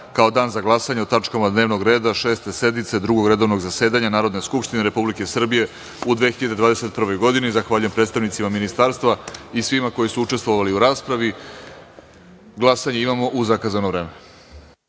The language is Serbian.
kao dan za glasanje o tačkama dnevnog reda Šeste sednice Drugog redovnog zasedanja Narodne skupštine Republike Srbije u 2021. godini. Zahvaljujem predstavnicima ministarstva i svima koji su učestvovali u raspravi. Glasanje imamo u zakazano vreme.(Posle